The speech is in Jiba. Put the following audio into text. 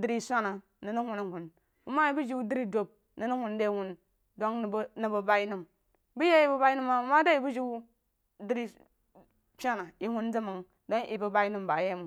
dri-swana nəng rig wum he wun bəng ma yi muju dri-dub nəng rig wun de wun dug nəng bəng bai nəm bāi yi a yi bəng bai nəm bam bəng de yi muju dri-pyem